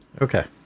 Okay